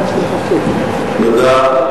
תודה.